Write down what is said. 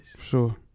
sure